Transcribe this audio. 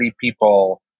people